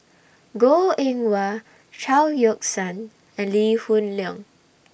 Goh Eng Wah Chao Yoke San and Lee Hoon Leong